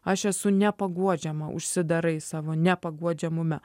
aš esu nepaguodžiama užsidarai savo nepaguodžiamume